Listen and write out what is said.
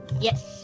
Yes